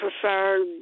prefer